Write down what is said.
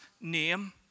name